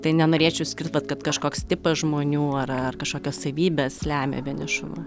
tai nenorėčiau skirt vat kad kažkoks tipas žmonių ar ar kažkokios savybės lemia vienišumą